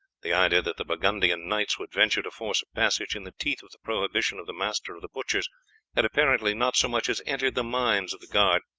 the idea that the burgundian knights would venture to force a passage in the teeth of the prohibition of the master of the butchers had apparently not so much as entered the minds of the guard,